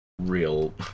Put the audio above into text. Real